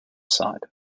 side